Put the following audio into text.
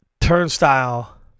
turnstile